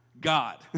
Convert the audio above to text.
God